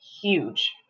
huge